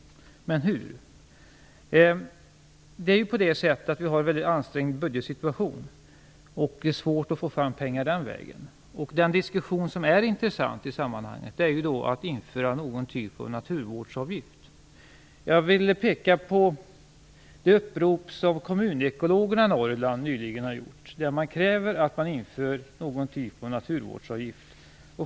Men hur skall det gå till? Budgetsituationen är väldigt ansträngd, så det är svårt att få fram pengar den vägen. Den diskussion som då är intressant i sammanhanget är ju om man skall införa någon typ av naturvårdsavgift. Jag vill peka på det upprop som kommunekologerna i Norrland nyligen har gjort. Där kräver man att det skall införas någon typ av naturvårdsavgift.